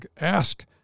ask